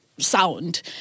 Sound